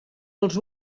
els